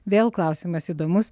vėl klausimas įdomus